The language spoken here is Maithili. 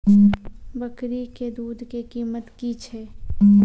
बकरी के दूध के कीमत की छै?